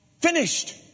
finished